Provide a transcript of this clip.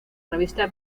revista